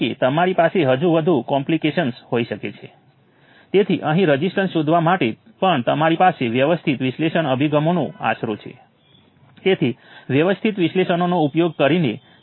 એવી જ રીતે નોડ 2 અને રેફરન્સ નોડ વચ્ચે V2 છે અને નોડ 3 અને રેફરન્સ નોડ વચ્ચે V3 છે